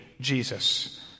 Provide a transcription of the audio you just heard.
Jesus